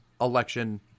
election